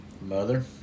Mother